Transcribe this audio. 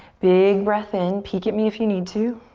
big breath in. peek at me if you need to.